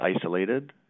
isolated